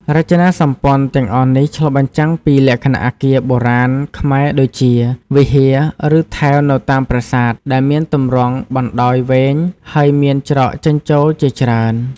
រចនាសម្ព័ន្ធទាំងអស់នេះឆ្លុះបញ្ចាំងពីលក្ខណៈអគារបុរាណខ្មែរដូចជា វិហារ ឬថែវនៅតាមប្រាសាទ ដែលមានទម្រង់បណ្តោយវែង ហើយមានច្រកចេញចូលជាច្រើន។